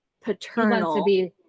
paternal